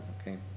okay